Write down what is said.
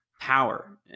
power